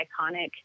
iconic